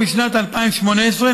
בשנת 2018,